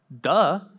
duh